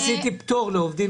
הוועדה כאן ייסדה פטור מההיטל.